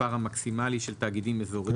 המקסימלי של תאגידים אזוריים.